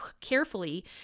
carefully